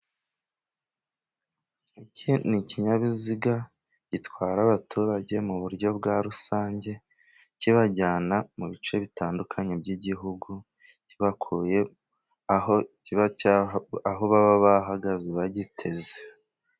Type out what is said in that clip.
Iki ni ikinyabiziga gitwara abaturage mu buryo bwa rusange, kibajyana mu bice bitandukanye by'Igihugu, kibakuye aho baba bahagaze bagiteze.